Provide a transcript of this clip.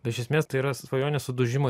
bet iš esmės tai yra svajonių sudužimo